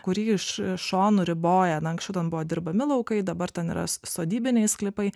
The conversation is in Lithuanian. kurį iš šonų riboja na anksčiau ten buvo dirbami laukai dabar ten yra sodybiniai sklypai